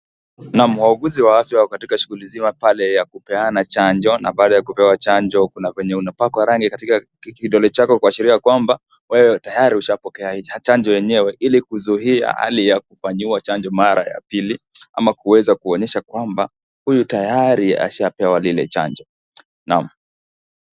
Naam wauguzi wako katika shughuli nzima paleya kupeana chanjo. Na baada ya kupewa chanjo kuna venye unapakwa rangi katika kidole chako kuashiria kwamba wewe tayari ushapokea chanjo yenyewe, ili kuzuia hali ya kufanyiwa chanjo mara ya pili. Ama kuweza kuonyesha kwamba ,huyu tayari ashapewa lile chanjo. Naam.